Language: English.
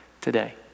today